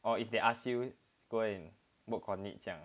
oh if they ask you go and work on it 这样 ah